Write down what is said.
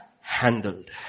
handled